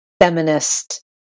feminist